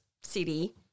city